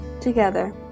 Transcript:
together